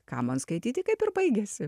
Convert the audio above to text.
ką man skaityti kaip ir baigiasi